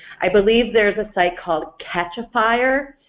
i believe there's a site called catchafire,